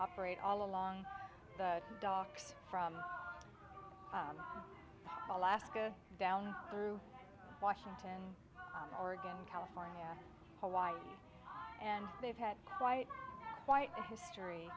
operate all along the docks from alaska down through washington oregon california hawaii and they've had quite quite a history